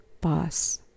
pass